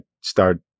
start